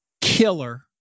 killer